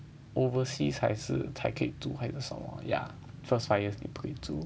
overseas 还是才可以租还是什么 yeah first five years 你不可以租